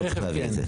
לא צריך להביא את זה.